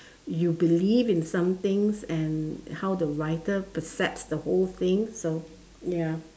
you believe in some things and how the writer percepts the whole thing so ya